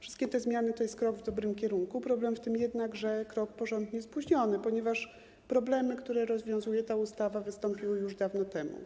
Wszystkie te zmiany to jest krok w dobrym kierunku, problem w tym jednak, że krok porządnie spóźniony, ponieważ problemy, które rozwiązuje ta ustawa, wystąpiły już dawno temu.